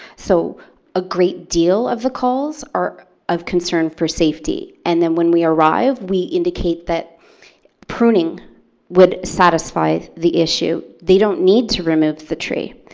so a great deal of the calls are of concern for safety and then when we arrive, we indicate that pruning would satisfy the issue. they don't need to remove the tree.